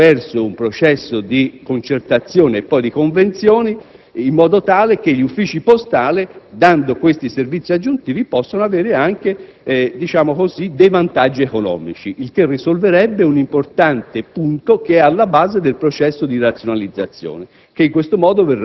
realizzerebbe attraverso un processo di concertazione, stipulando poi convenzioni in modo tale che gli uffici postali, offrendo questi servizi aggiuntivi, possano avere anche vantaggi economici, il che risolverebbe un importante punto che è alla base del processo di razionalizzazione.